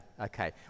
Okay